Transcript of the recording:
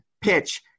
PITCH